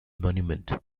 monument